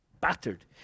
battered